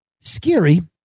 Scary